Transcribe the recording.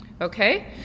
okay